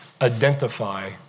identify